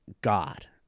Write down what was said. God